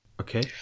Okay